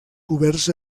coberts